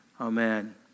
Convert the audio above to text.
Amen